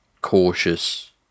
cautious